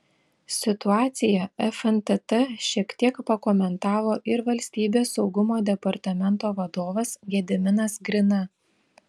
situaciją fntt šiek tiek pakomentavo ir valstybės saugumo departamento vadovas gediminas grina